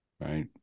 right